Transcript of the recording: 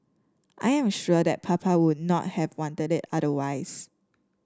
I am sure that Papa would not have wanted it otherwise